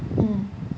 mm